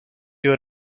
you